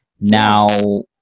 Now